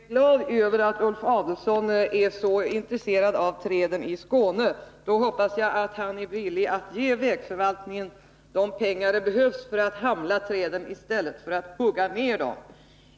Herr talman! Jag är glad över att Ulf Adelsohn är så intresserad av träden i Skåne. Då hoppas jag att han är villig att ge vägförvaltningen de pengar som behövs för att hamla träden i stället för att hugga ner dem.